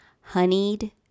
honeyed